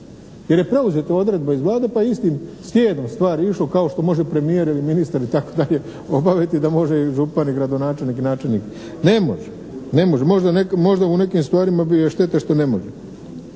jer je preuzeta odredba iz Vlade pa je istim sljedom stvari išlo kao što može premijer ili ministar itd. obaviti da može i župan i gradonačelnik i načelnik. Ne može. Ne može. Možda u nekim stvarima bi, ali šteta što ne može.